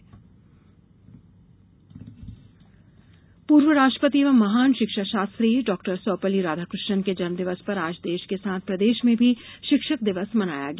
शिक्षक दिवस पूर्व राष्ट्रपति एवं महान शिक्षा शास्त्री डॉक्टर सर्वपल्ली राधाकृष्णन के जन्म दिवस पर आज देश के साथ प्रदेश में भी शिक्षक दिवस मनाया गया